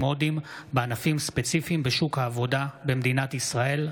הודים בענפים ספציפיים בשוק העבודה במדינת ישראל.